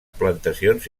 plantacions